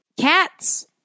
Cats